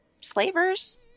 slavers